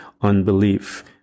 Unbelief